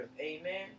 Amen